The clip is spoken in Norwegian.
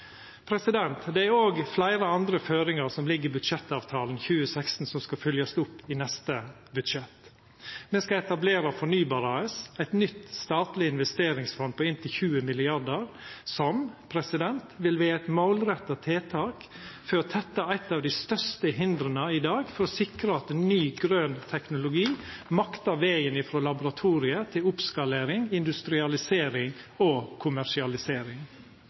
Det er òg fleire andre føringar som ligg i budsjettavtalen 2016, som skal fylgjast opp i neste budsjett. Me skal etablera Fornybar AS, eit nytt, statleg investeringsfond på inntil 20 mrd. kr, som vil vera eit målretta tiltak for å tetta eit av dei største hindera i dag for å sikra at ny, grøn teknologi maktar vegen frå laboratoriet til oppskalering, industrialisering og kommersialisering: